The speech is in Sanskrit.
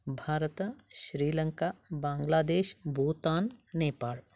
भारत श्रीलङ्का बाङ्ग्लादेश् बूतान् नेपाल्